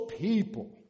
people